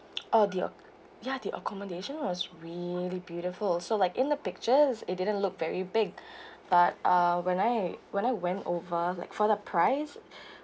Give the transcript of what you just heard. oh the ac~ ya the accommodation was really beautiful also like in the pictures it didn't look very big but uh when I when I went over like for the price